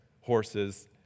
horses